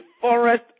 forest